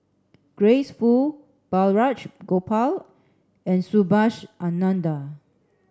Grace Fu Balraj Gopal and Subhas Anandan